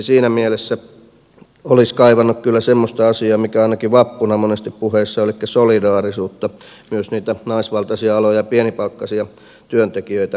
siinä mielessä olisi kaivannut kyllä semmoista asiaa mikä ainakin vappuna monesti puheissa oli elikkä solidaarisuutta myös niitä naisvaltaisia aloja pienipalkkaisia työntekijöitä kohtaan